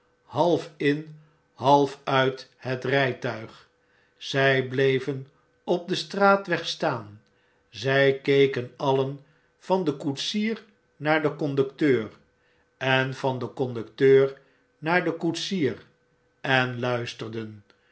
half in half uit het rijtuig zij bleven op den straatweg staan zjj keken alien van den koetsier naar den conducteur en van den conducteur naar den koetsier en luisterden